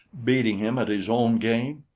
beating him at his own game?